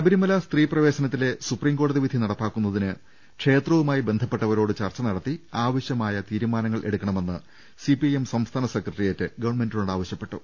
ശബരിമല സ്ത്രീ പ്രവേശനത്തിലെ സുപ്രീം കോടതി വിധി നട പ്പാക്കുന്നതിന് ക്ഷേത്രവുമായി ബന്ധപ്പെട്ടവരോട് ചർച്ച നടത്തി ആവ ശ്യമായ തീരുമാനങ്ങൾ എടുക്കണമെന്ന് സിപിഐഎം സംസ്ഥാന സെക്രട്ടേറിയറ്റ് ഗവൺമെന്റിനോട് ആവശ്യപ്പെട്ടു